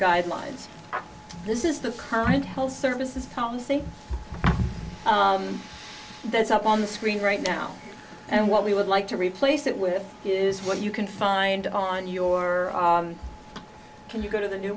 guidelines this is the current health services counseling that's up on the screen right now and what we would like to replace it with is what you can find on your can you go to the new